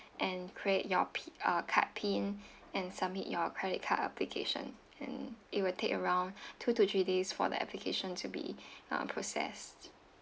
and create your p~ uh card pin and submit your credit card application and it will take around two to three days for the application to be uh processed